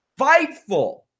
Fightful